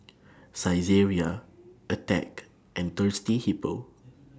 Saizeriya Attack and Thirsty Hippo